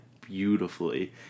beautifully